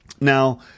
Now